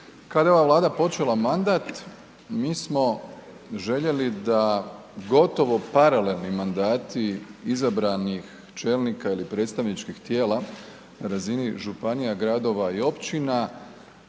kada je ova Vlada počela mandat mi smo željeli da gotovo paralelni mandati izabranih čelnika ili predstavničkih tijela na razini županija, gradova i općina